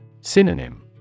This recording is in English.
Synonym